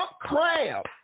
crab